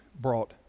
brought